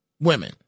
women